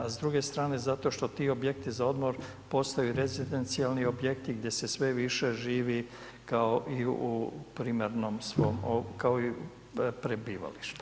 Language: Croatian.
A s druge strane, zato što ti objekti za odmor, postaju rezidencijalni objekti, gdje se sve više živi kao i u primarnom svom, kao i u prebivalištu.